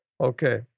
Okay